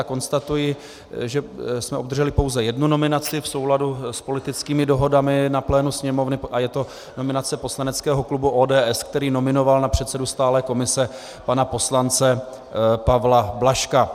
Konstatuji, že jsme obdrželi pouze jednu nominaci v souladu s politickými dohodami na plénu Sněmovny, a je to nominace poslaneckého klubu ODS, který nominoval na předsedu stálé komise pana poslance Pavla Blažka.